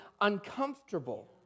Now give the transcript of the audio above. uncomfortable